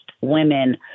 women